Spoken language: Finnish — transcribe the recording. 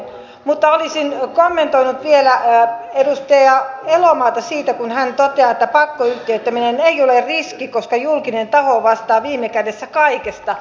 mutta olisin kommentoinut vielä edustaja elomaata siitä kun hän toteaa että pakkoyhtiöittäminen ei ole riski koska julkinen taho vastaa viime kädessä kaikesta